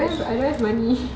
I don't have money